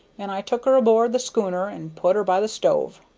and i took her aboard the schooner and put her by the stove.